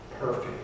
perfect